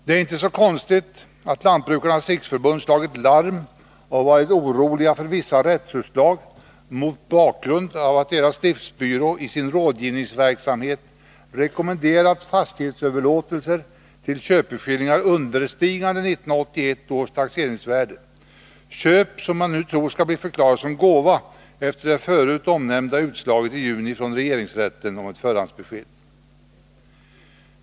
Det är inte så konstigt att Lantbrukarnas riksförbund slagit larm och varit oroligt för vissa rättsutslag — mot bakgrund av att dess driftsbyrå i sin rådgivningsverksamhet rekommenderat fastighetsöverlåtelser till köpeskillingar understigande 1981 års taxeringsvärde, köp som man nu tror skall bli förklarade som gåva efter det förut omnämnda utslaget i juni från regeringsrätten om ett förhandsbesked.